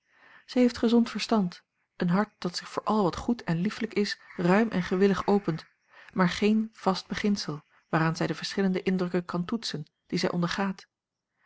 zij heeft gezond verstand een hart dat zich voor al wat goed en liefelijk is ruim en gewillig opent maar geen vast beginsel waaraan zij de verschillende indrukken kan toetsen die zij ondergaat